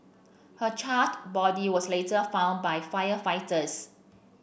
her charred body was later found by firefighters